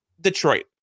Detroit